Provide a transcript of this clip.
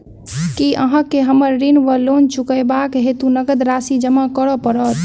की अहाँ केँ हमरा ऋण वा लोन चुकेबाक हेतु नगद राशि जमा करऽ पड़त?